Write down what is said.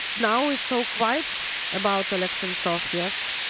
now it's so quiet about oleg sentsov. yes.